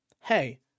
hey